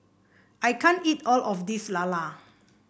I can't eat all of this lala